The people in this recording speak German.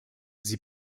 sie